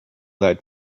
that